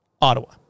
Ottawa